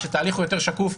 כשתהליך הוא יותר שקוף,